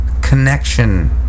connection